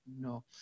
No